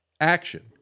action